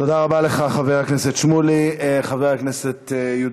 תודה רבה לך, חבר הכנסת שמולי.